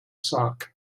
sock